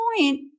point